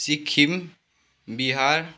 Sikkim Bihar